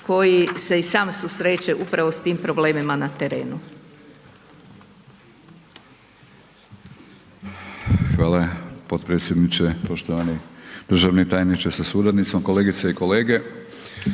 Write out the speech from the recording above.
koji se i sam susreće upravo s tim problemima na terenu.